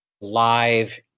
live